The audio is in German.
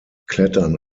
klettern